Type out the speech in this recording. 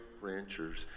ranchers